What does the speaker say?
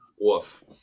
woof